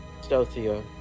stealthier